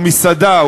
או מסעדה,